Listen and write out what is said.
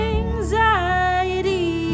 anxiety